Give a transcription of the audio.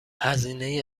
هزینه